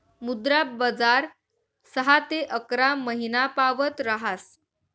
मुद्रा बजार सहा ते अकरा महिनापावत ऱहास